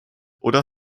oder